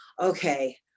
okay